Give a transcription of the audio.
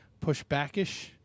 pushbackish